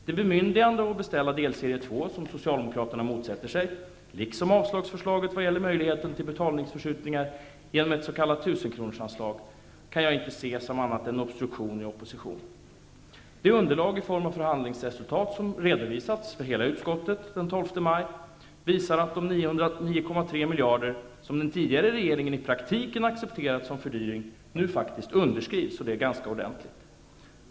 Det bemyndigande att beställa delserie 2 som Socialdemokraterna motsätter sig, liksom avslagsförslaget vad gäller möjligheten till betalningsförskjutningar gentemot det s.k. 1 000 kronorsanslaget, kan jag inte se som annat än obstruktion i opposition. Det underlag i form av förhandlingsresultat som redovisats för utskottet den 12 maj visar att de 9,3 miljarder som den tidigare regeringen i praktiken accepterat som fördyring nu faktiskt underskrids ganska ordentligt.